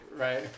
Right